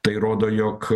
tai rodo jog